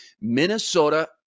Minnesota